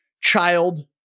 child